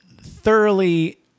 thoroughly